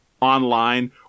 online